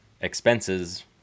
expenses